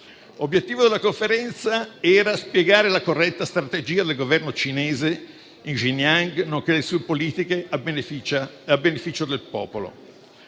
L'obiettivo della conferenza era spiegare la corretta strategia del governo cinese in Xinjiang, nonché le sue politiche a beneficio del popolo.